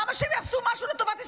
למה שהם יעשו משהו לטובת ישראל?